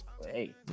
Hey